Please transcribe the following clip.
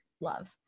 love